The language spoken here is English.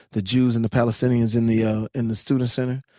the jews and the palestinians in the ah in the student center,